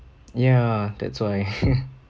ya that's why